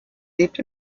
lebt